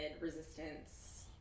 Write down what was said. resistance